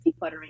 decluttering